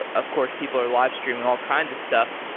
ah of course, people are live streaming all kinds of stuff.